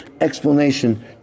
explanation